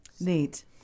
Neat